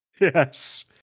Yes